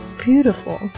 Beautiful